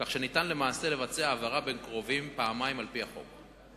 כך שלמעשה אפשר לבצע העברה בין קרובים פעמיים על-פי החוק.